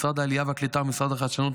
משרד העלייה והקליטה ומשרד החדשנות,